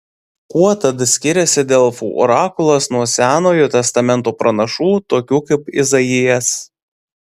kuo tad skiriasi delfų orakulas nuo senojo testamento pranašų tokių kaip izaijas